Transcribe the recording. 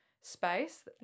space